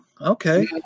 Okay